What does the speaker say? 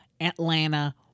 Atlanta